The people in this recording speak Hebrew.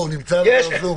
הוא נמצא בזום,